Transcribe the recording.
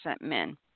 men